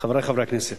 חברי חברי הכנסת,